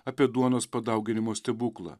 apie duonos padauginimo stebuklą